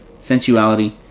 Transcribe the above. sensuality